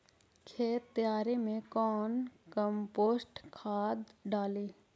खेत तैयारी मे कौन कम्पोस्ट खाद डाली?